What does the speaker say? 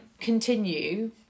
continue